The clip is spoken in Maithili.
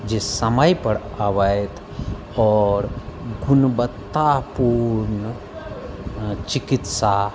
जे समयपर आबथि आओर गुणवत्ता पूर्ण चिकित्सा